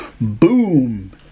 boom